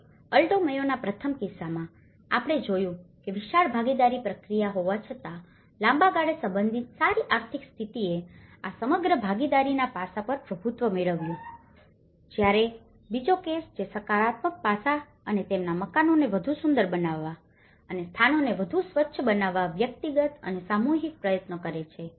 એક અલ્ટો મેયોના પ્રથમ કિસ્સામાં આપણે જોયું કે વિશાળ ભાગીદારી પ્રક્રિયા હોવા છતાં પણ લાંબા ગાળે સંબંધિત સારી આર્થિક સ્થિતિએ આ સમગ્ર ભાગીદારીના પાસા પર પ્રભુત્વ મેળવ્યું છે જ્યારે બીજો કેસ જે સકારાત્મક પાસા અને તેમના મકાનોને વધુ સુંદર બનાવવા અને સ્થાનોને વધુ સ્વચ્છતા બનાવવાના વ્યક્તિગત અને સામૂહિક પ્રયત્નો કરે છે